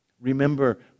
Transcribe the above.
Remember